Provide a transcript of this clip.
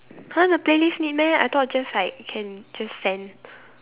!huh! the playlist need meh I thought just like can just send